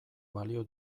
balio